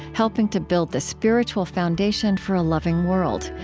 helping to build the spiritual foundation for a loving world.